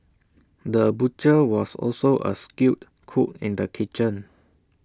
the butcher was also A skilled cook in the kitchen